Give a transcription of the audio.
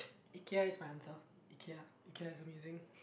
Ikea is my answer Ikea Ikea is amazing